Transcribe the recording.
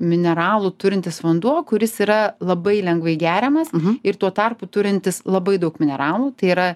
mineralų turintis vanduo kuris yra labai lengvai geriamas ir tuo tarpu turintis labai daug mineralų tai yra